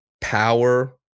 power